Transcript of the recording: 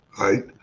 Right